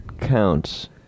counts